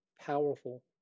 powerful